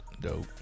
dope